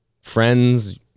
friends